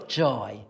joy